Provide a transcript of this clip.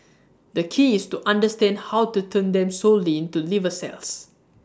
the key is to understand how to turn them solely into liver cells